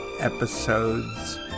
Episodes